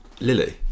Lily